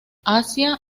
asia